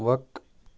وَق